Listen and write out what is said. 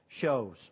shows